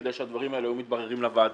כי הדברים האלה היו מתבררים לוועדה.